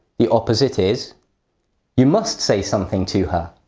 the opposite is you must say something to her.